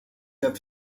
der